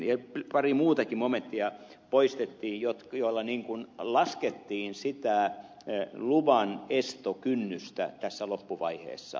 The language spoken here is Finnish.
ja pari muutakin momenttia poistettiin joilla niin kuin laskettiin sitä luvanestokynnystä tässä loppuvaiheessa